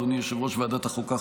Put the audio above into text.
אדוני יושב-ראש ועדת החוקה,